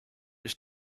its